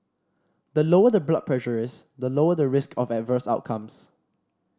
the lower the blood pressure is the lower the risk of adverse outcomes